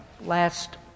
last